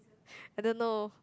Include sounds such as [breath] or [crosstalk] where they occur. [breath] I don't know